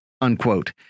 unquote